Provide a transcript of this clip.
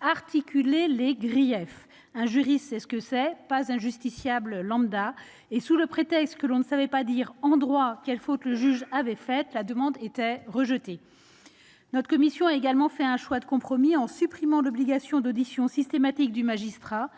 Articuler les griefs »: un juriste sait ce que c'est, mais pas un justiciable lambda. Or, sous le prétexte que l'on ne savait pas dire en droit quelle faute le juge avait commise, la demande était rejetée. Notre commission a également fait un choix de compromis en supprimant l'obligation d'audition systématique du magistrat,